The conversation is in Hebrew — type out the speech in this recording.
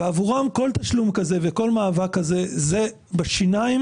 עבורם כל תשלום כזה וכל מאבק כזה זה בשיניים,